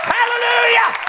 Hallelujah